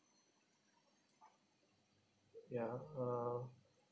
ya uh